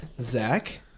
Zach